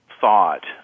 thought